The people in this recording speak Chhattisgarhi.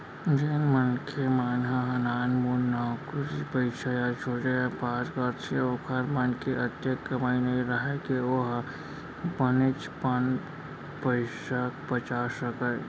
जेन मनखे मन ह नानमुन नउकरी पइसा या छोटे बयपार करथे ओखर मन के अतेक कमई नइ राहय के ओ ह बनेचपन पइसा बचा सकय